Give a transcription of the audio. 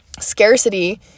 Scarcity